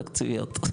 תקציביות.